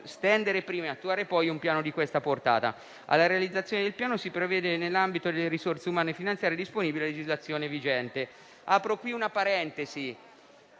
stendere prima e attuare poi un piano di siffatta portata. Alla realizzazione del Piano si provvede nell'ambito delle risorse umane e finanziarie disponibili a legislazione vigente. Apro ora una parentesi.